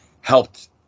helped